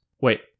Wait